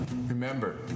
Remember